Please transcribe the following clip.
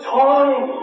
time